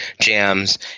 jams